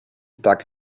tak